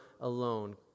alone